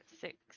six